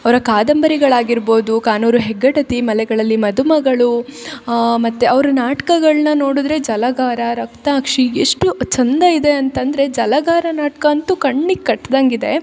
ಅವರ ಕಾದಂಬರಿಗಳಾಗಿರ್ಬೋದು ಕಾನೂರು ಹೆಗ್ಗಡತಿ ಮಲೆಗಳಲ್ಲಿ ಮದುಮಗಳು ಮತ್ತು ಅವರ ನಾಟಕಗಳ್ನ ನೋಡಿದ್ರೆ ಜಲಗಾರ ರಕ್ತಾಕ್ಷಿ ಎಷ್ಟು ಚಂದ ಇದೆ ಅಂತಂದರೆ ಜಲಗಾರ ನಾಟಕ ಅಂತು ಕಣ್ಣಿಗೆ ಕಟ್ಟಿದಂಗ್ ಇದೆ